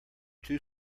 two